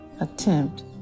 attempt